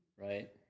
Right